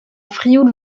frioul